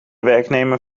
werknemer